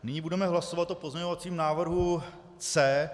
Nyní budeme hlasovat o pozměňovacím návrhu C.